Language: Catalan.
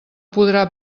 podrà